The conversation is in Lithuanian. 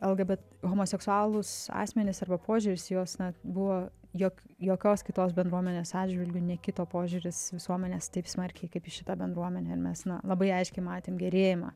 el gie bė homoseksualūs asmenys arba požiūris į juos buvo jog jokios kitos bendruomenės atžvilgiu nekito požiūris visuomenės taip smarkiai kaip į šitą bendruomenę mes na labai aiškiai matėm gerėjimą